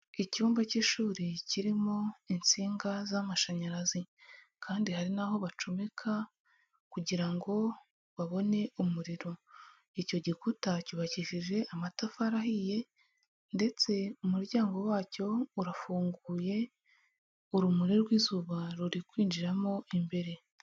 Icyumba cy'ishuri kirimo insinga z'amashanyarazi kandi hari n'aho bacomeka kugira ngo babone umuriro, icyo gikuta cyubakishije amatafari ahiye ndetse umuryango wacyo urafunguye, urumuri rw'izuba ruri kwinjiramo imbere.